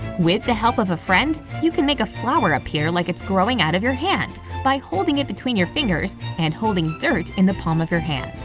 with the help of a friend, you can make a flower appear like it's growing out of your hand by holding it between your fingers and holding dirt in the palm in your hand.